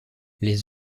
les